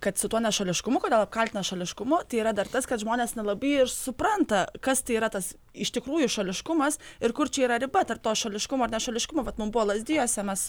kad su tuo nešališkumu kodėl apkaltina šališkumu tai yra dar tas kad žmonės nelabai ir supranta kas tai yra tas iš tikrųjų šališkumas ir kur čia yra riba tarp to šališkumo ar nešališkumo vat mum buvo lazdijuose mes